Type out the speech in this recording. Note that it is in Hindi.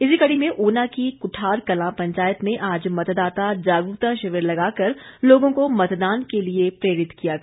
इसी कडी में ऊना की कुठार कलां पंचायत में आज मतदाता जागरूकता शिविर लगाकर लोगों को मतदान के लिए प्रेरित किया गया